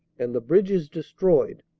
and the bridges destroyed.